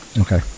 Okay